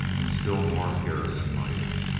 and still more of garrison life.